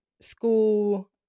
School